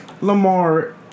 Lamar